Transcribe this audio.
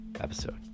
episode